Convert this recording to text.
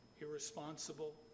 irresponsible